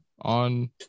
on